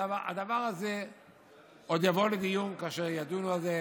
הדבר הזה עוד יבוא לדיון כאשר ידונו בזה